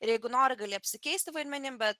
jeigu nori gali apsikeisti vaidmenim bet